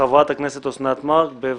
חברת הכנסת אוסנת מארק, בבקשה.